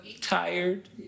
tired